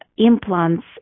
implants